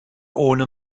ohne